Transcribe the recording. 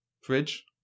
fridge